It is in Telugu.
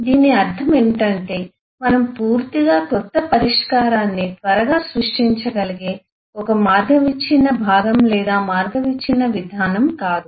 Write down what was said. దీని అర్థం ఏమిటంటే ఇది మనము పూర్తిగా క్రొత్త పరిష్కారాన్ని త్వరగా సృష్టించగలిగే ఒకే మార్గ విచ్ఛిన్న భాగం లేదా మార్గ విచ్ఛిన్న విధానం కాదు